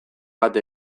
bat